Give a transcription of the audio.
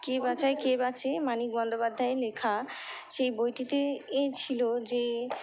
কে বাঁচায় কে বাঁচে মানিক বন্দ্যোপাধ্যায় লেখা সেই বইটিতে এ ছিল যে